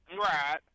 Right